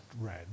red